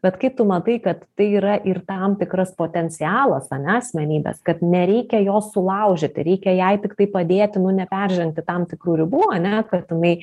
bet kai tu matai kad tai yra ir tam tikras potencialas ane asmenybės kad nereikia jo sulaužyti reikia jai tiktai padėti nu neperžengti tam tikrų ribų ane kad jinai